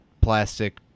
plastic